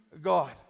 God